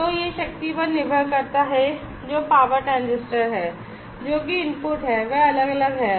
तो यह शक्ति पर निर्भर करता है जो पावर ट्रांजिस्टर है जो कि इनपुट है वह अलग अलग है